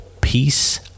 Peace